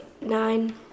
nine